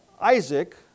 Isaac